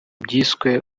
byiswe